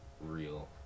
real